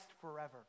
forever